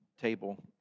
table